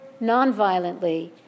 nonviolently